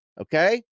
Okay